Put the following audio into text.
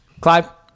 Clive